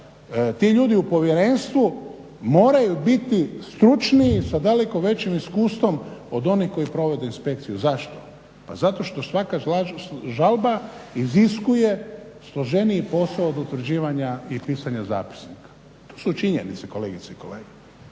ti ljudi u povjerenstvu moraju biti stručniji sa daleko većim iskustvom od onih koji provode inspekciju. Zašto? Pa zato što svaka žalba iziskuje složeniji posao od utvrđivanja i pisanja zapisnika. To su činjenice, kolegice i kolege.